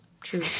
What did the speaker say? true